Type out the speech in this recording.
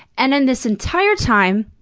and in this entire time,